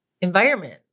environment